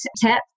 tip